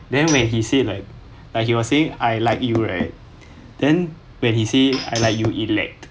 then when he said like like he was saying I like you right then when he say I like you it lagged